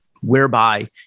whereby